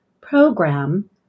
program